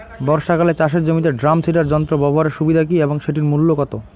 বর্ষাকালে চাষের জমিতে ড্রাম সিডার যন্ত্র ব্যবহারের সুবিধা কী এবং সেটির মূল্য কত?